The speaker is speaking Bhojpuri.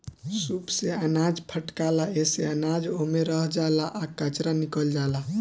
सूप से अनाज फटकाला एसे अनाज ओमे रह जाला आ कचरा निकल जाला